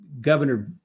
Governor